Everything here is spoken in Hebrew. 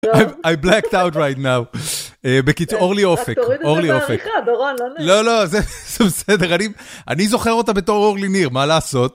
I blacked out right now. בקיצור, אורלי אופק, אורלי אופק. אתה תוריד את זה בעריכה, דורון. לא, לא, זה בסדר, אני זוכר אותה בתור אורלי ניר, מה לעשות?